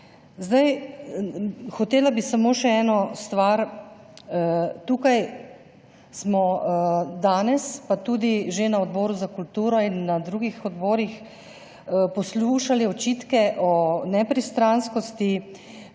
dejanje. Hotela bi samo še eno stvar. Tukaj smo danes pa tudi že na Odboru za kulturo in na drugih odborih poslušali očitke o pristranskosti in